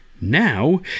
Now